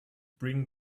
bring